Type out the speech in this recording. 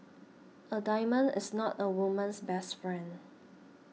a diamond is not a woman's best friend